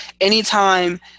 anytime